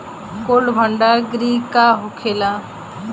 Cold भण्डार गृह का होखेला?